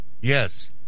yes